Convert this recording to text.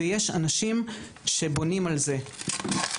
ויש אנשים שבונים על זה.